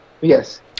Yes